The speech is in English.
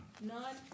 None